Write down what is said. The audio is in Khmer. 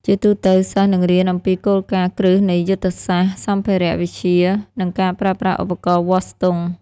ជាទូទៅ សិស្សនឹងរៀនអំពីគោលការណ៍គ្រឹះនៃយន្តសាស្ត្រ សម្ភារៈវិទ្យា និងការប្រើប្រាស់ឧបករណ៍វាស់ស្ទង់។